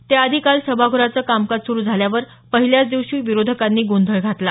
त्याआधी काल सभागृहाचं कामकाज सुरु झाल्यावर पहिल्याच दिवशी विरोधकांनी गोंधळ घातला